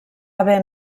haver